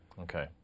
okay